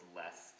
less